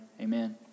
amen